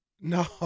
No